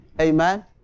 Amen